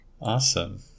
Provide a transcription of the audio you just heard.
Awesome